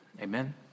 Amen